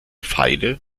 feile